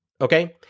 Okay